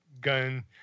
gun